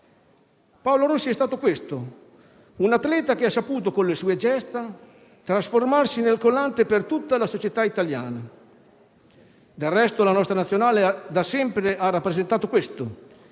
Paolo Rossi è stato questo: un atleta che ha saputo con le sue gesta trasformarsi nel collante per tutta la società italiana. Del resto, la nostra Nazionale da sempre ha rappresentato il